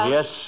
Yes